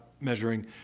measuring